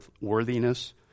worthiness